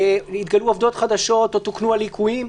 התגלו עובדות חדשות או תוקנו הליקויים.